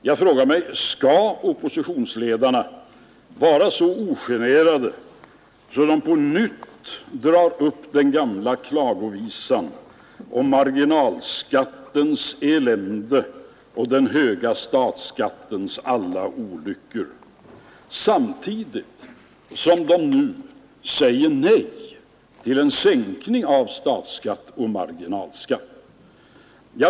Jag frågade mig: Skall oppositionsledarna vara så ogenerade att de på nytt drar upp den gamla klagovisan om marginalskattens elände och den höga statsskattens alla olyckor, samtidigt som de säger nej till en sänkning av statsskatten och marginalskatten?